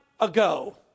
ago